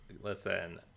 Listen